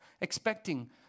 expecting